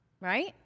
right